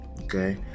okay